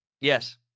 yes